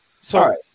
Sorry